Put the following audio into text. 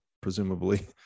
presumably